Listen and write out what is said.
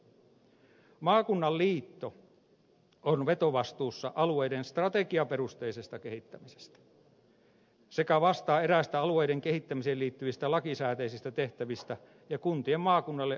maakunnan liitto on vetovastuussa alueiden strategiaperusteisesta kehittämisestä sekä vastaa eräistä alueiden kehittämiseen liittyvistä lakisääteisistä tehtävistä ja kuntien maakunnalle antamista tehtävistä